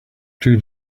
two